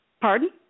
Pardon